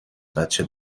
بچه